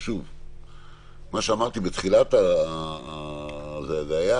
אמרתי בתחילת הדיון